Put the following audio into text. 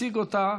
תציג אותה